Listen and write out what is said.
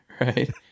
Right